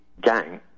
gang